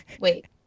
Wait